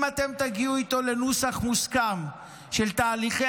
אם אתם תגיעו איתו לנוסח מוסכם של תהליכי